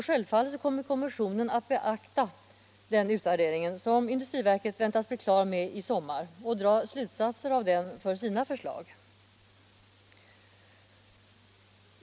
Självfallet kommer kommissionen att beakta den utvärdering som industriverket väntas få klar i sommar och dra slutsatser av den för sina förslag.